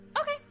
Okay